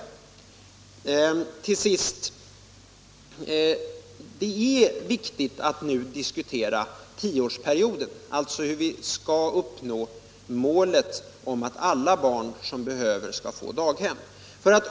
barnomsorgen Till sist vill jag framhålla att det är viktigt att vi nu diskuterar tioårsperioden, alltså hur vi skall uppnå målet att alla barn som behöver det skall få daghem.